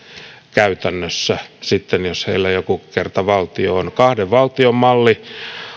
käytännössä sitten jos heillä joku kerta valtio on kahden valtion malli